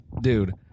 dude